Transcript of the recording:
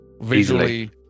Visually